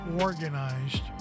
organized